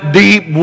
deep